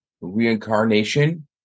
reincarnation